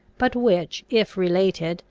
but which, if related,